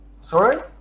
Sorry